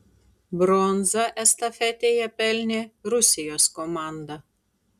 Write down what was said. bronzą estafetėje pelnė rusijos komanda